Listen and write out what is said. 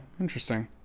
interesting